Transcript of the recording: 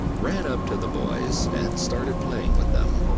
ran up to the boys and started playing with them.